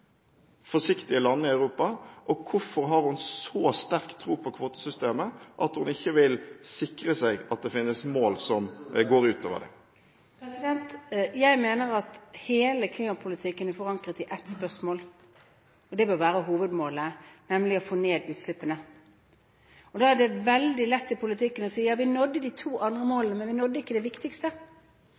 forsiktige landene i Europa? Og hvorfor har hun så sterk tro på kvotesystemet at hun ikke vil sikre seg at det finnes mål som går utover det? Jeg mener at hele klimapolitikken er forankret i ett spørsmål, og det bør være hovedmålet, nemlig å få ned utslippene. Da er det veldig lett i politikken å si at vi nådde de to andre målene, men vi nådde ikke det viktigste.